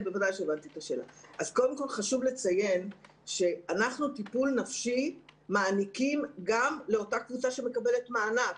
חשוב לציין שטיפול נפשי אנחנו מעניקים גם לקבוצה שמקבלת מענק.